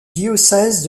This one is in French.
diocèse